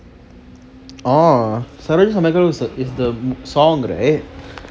orh saroja samanikalo is the song right